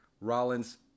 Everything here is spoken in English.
Rollins